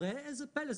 ראה איזה פלא,